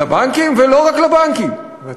לבנקים ולא רק לבנקים, לטייקונים.